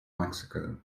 mexico